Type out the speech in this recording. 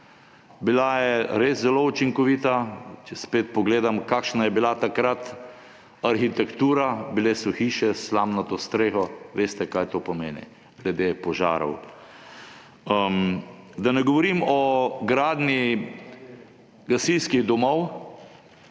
Bila je res zelo učinkovita, če pogledam, kakšna je bila takrat arhitektura, bile so hiše s slamnato streho, veste, kaj to pomeni glede požarov. Da ne govorim o gradnji gasilskih domov.